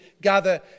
gather